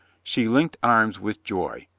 she linked arms with joy,